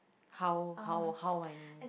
how how how I mean